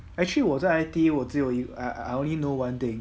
actually 我在 I_T_E 我只有 I I only know one day